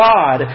God